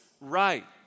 right